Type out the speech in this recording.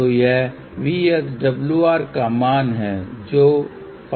तो यह VSWR का मान है जो 58 है